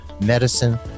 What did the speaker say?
medicine